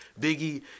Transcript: Biggie